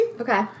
Okay